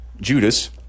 Judas